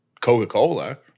Coca-Cola